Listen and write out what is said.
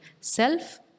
Self